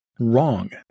wrong